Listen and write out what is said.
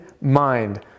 mind